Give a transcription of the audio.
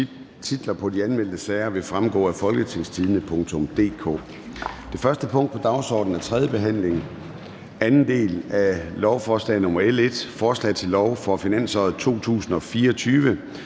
Titler på de anmeldte sager vil fremgå af www.folketingstidende.dk (jf. ovenfor). --- Det første punkt på dagsordenen er: 1) 3. behandling, 2. del, af lovforslag nr. L 1: Forslag til finanslov for finansåret 2024.